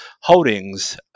holdings